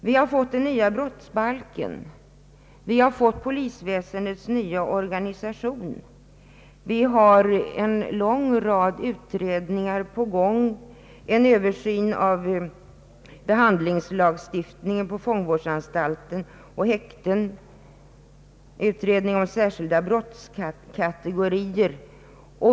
Vi har fått den nya brottsbalken, polisväsendets nya organisation, en lång rad utredningar är på gång, och vi har fått en översyn av behandlingslagstiftningen rörande fångvårdsanstalter och häkten samt utredning om särskilda brottskategorier.